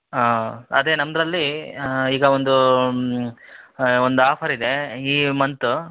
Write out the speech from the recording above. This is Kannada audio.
ಹಾಂ ಅದೆ ನಮ್ಮದರಲ್ಲಿ ಈಗ ಒಂದು ಒಂದು ಆಫರ್ ಇದೆ ಈ ಮಂತು